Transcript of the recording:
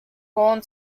gone